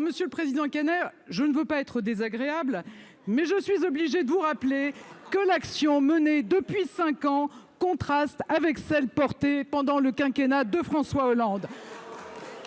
Monsieur le président Kanner, sans vouloir être désagréable, je suis obligée de vous rappeler que l'action menée depuis cinq ans contraste avec celle qui a été accomplie pendant le quinquennat de François Hollande.